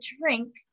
drink